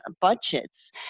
budgets